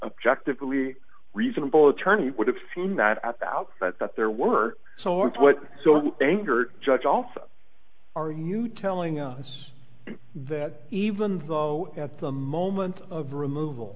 objective really reasonable attorney would have seen that at the outset that there were so large what so angered judge also are you telling us that even though at the moment of removal